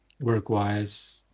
work-wise